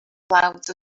clouds